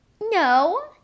no